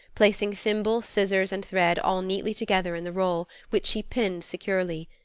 placing thimble, scissors, and thread all neatly together in the roll, which she pinned securely.